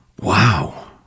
Wow